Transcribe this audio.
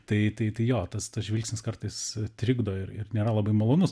tai tai tai jo tas tas žvilgsnis kartais trikdo ir ir nėra labai malonus